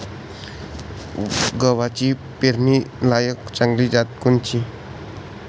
गव्हाची पेरनीलायक चांगली जात कोनची?